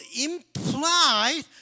implied